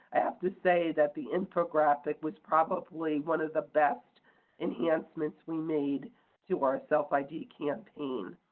i have to say that the infographic was probably one of the best enhancements we made to our self id campaign.